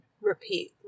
repeat